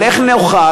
על איך נאכל,